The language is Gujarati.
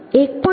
5d0 છે